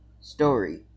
Story